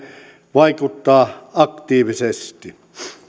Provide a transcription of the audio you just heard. vaikuttaa aktiivisesti